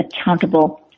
accountable